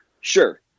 Sure